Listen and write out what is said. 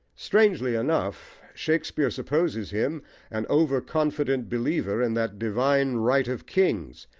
strangely enough, shakespeare supposes him an over-confident believer in that divine right of kings,